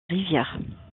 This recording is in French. rivière